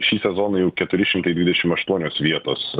šį sezoną jau keturi šimtai dvidešim aštuonios vietos